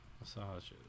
massages